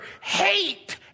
hate